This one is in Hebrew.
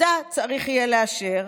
ואותה צריך יהיה לאשר,